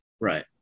right